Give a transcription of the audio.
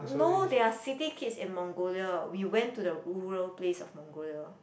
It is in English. no they are city kids in Mongolia we went to the rural place of Mongolia